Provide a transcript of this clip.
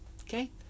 Okay